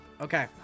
Okay